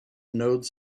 nodes